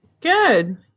Good